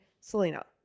selena